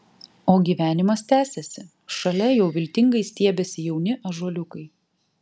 o gyvenimas tęsiasi šalia jau viltingai stiebiasi jauni ąžuoliukai